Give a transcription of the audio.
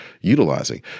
utilizing